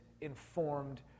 informed